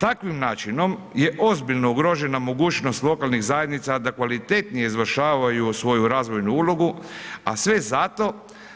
Takvim načinom je ozbiljno ugrožena mogućnost lokalnih zajednica da kvalitetnije izvršavaju svoju razvojnu ulogu, a sve zato